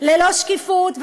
ללא שקיפות,